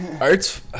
Arts